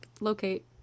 locate